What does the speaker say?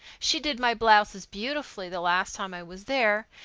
she did my blouses beautifully the last time i was there,